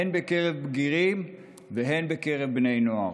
הן בקרב בגירים והן בקרב בני נוער.